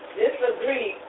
disagree